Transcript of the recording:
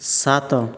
ସାତ